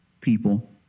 people